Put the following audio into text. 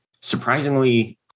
surprisingly